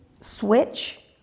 switch